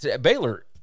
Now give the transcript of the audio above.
Baylor